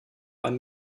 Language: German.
ein